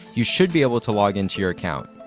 you should be able to log into your account.